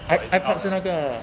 i~ iPod 是那个